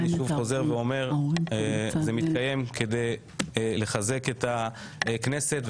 זה מתקיים כדי לחזק את הכנסת.